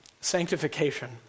sanctification